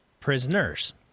prisoners